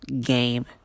game